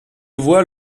voie